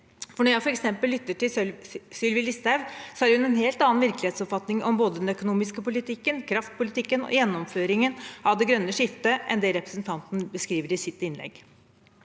Når jeg f.eks. lytter til Sylvi Listhaug, har hun en helt annen virkelighetsoppfatning om både den økonomiske politikken, kraftpolitikken og gjennomføringen av det grønne skiftet enn det representanten beskriver i sitt innlegg.